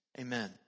Amen